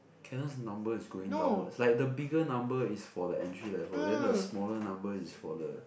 Canon's number is going downwards like the bigger number is for the entry level then the smaller number is for the